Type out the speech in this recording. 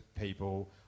people